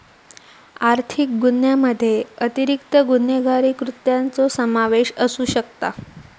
आर्थिक गुन्ह्यामध्ये अतिरिक्त गुन्हेगारी कृत्यांचो समावेश असू शकता